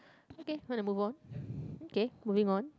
okay going to move on okay moving on